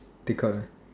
take out right